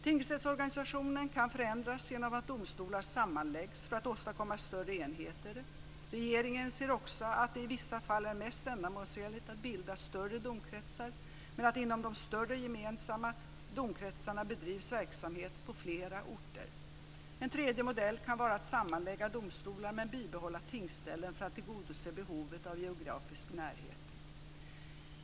Tingsrättsorganisationen kan förändras genom att domstolar sammanläggs för att åstadkomma större enheter. Regeringen ser också att det i vissa fall är mest ändamålsenligt att bilda större domkretsar men att det inom de större gemensamma domkretsarna bedrivs verksamhet på flera orter. En tredje modell kan vara att sammanlägga domstolar men bibehålla tingsställen för att tillgodose behovet av geografisk närhet.